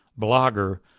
blogger